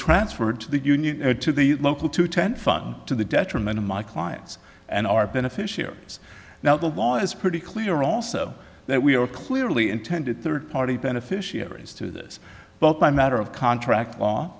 transferred to the union or to the local to ten fun to the detriment of my clients and our beneficiaries now the law is pretty clear also that we were clearly intended third party beneficiaries to this both by matter of contract law